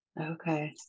Okay